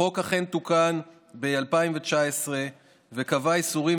החוק אכן תוקן ב-2019 וקבע איסורים